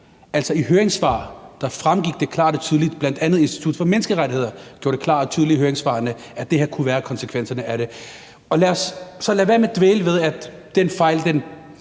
I høringssvar fremgik det klart og tydeligt. Bl.a. Institut for Menneskerettigheder gjorde det klart og tydeligt i høringssvaret, at det her kunne være konsekvenserne af det. Lad os så lade være med at dvæle ved, at den fejl blev